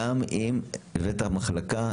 גם אם הבאת מחלקה,